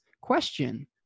question